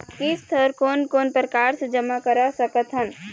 किस्त हर कोन कोन प्रकार से जमा करा सकत हन?